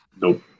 Nope